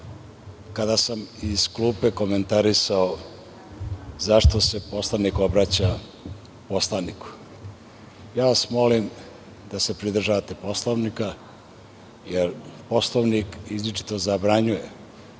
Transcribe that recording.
kada sam iz klupe komentarisao zašto se poslanik obraća poslaniku. Molim vas da se pridržavate Poslovnika, jer Poslovnik izričito zabranjuje